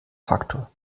faktor